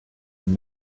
and